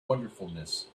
wonderfulness